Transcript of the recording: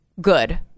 good